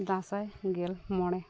ᱫᱟᱸᱥᱟᱭ ᱜᱮᱞ ᱢᱚᱬᱮ